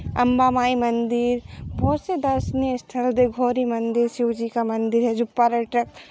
अम्बा माई मंदिर बहुत से दर्शनीय स्थल हैं देवभौरी मंदिर शिव जी का मंदिर है जो पर्यटक